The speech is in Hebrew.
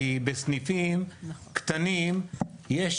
כי בסניפים קטנים יש